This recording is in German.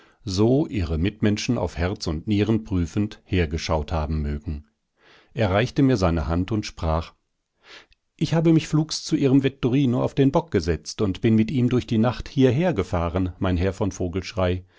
so ihre mitmenschen auf herz und nieren prüfend hergeschaut haben mögen er reichte mir seine hand und sprach ich habe mich flugs zu ihrem vetturino auf den bock gesetzt und bin mit ihm durch die nacht hierher gefahren mein herr von